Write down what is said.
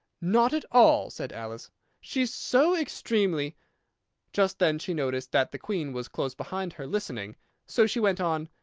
not at all, said alice she's so extremely just then she noticed that the queen was close behind her listening so she went on,